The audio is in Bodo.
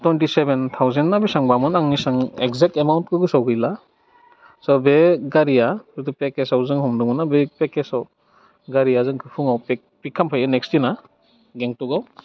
थुइन्टि सेभेन थाउजेन ना बिसिबांबामोन आं इसिबां एकजेक्ट एमाउन्टखौ गोसोआव गैला आटसा बे गारिया जेथु पेकेसयाव जों हमदोंमोन ना बे पेकेजआव गारिया जोंखौ फुङाव पिक खालामफैयो नेक्स्त दिना गेंगटकआव